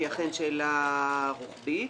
שהיא אכן שאלה רוחבית,